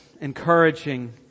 encouraging